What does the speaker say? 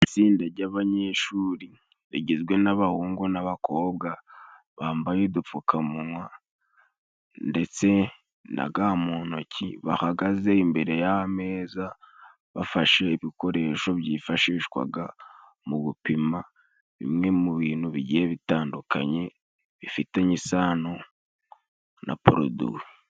Itsinda ry'abanyeshuri rigizwe n'abahungu n'abakobwa, bambaye udupfukamunwa ndetse naga mu ntoki. Bahagaze imbere y'ameza bafashe ibikoresho byifashishwaga mu gupima bimwe mu bintu bigiye bitandukanye, bifitanye isano na poroduwi.